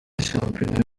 shampiyona